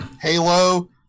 Halo